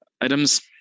items